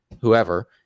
whoever